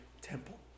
temple